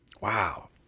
Wow